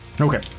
Okay